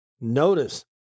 Notice